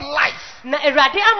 life